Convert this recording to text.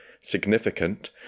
significant